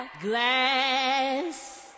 glass